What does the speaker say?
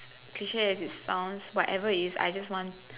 clique as it sounds whatever it is I just want